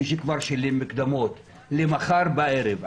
מי שכבר שילם מקדמות לאירוע שיתקיים מחר בערב,